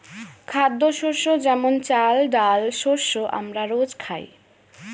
খাদ্যশস্য যেমন চাল, ডাল শস্য আমরা রোজ খাই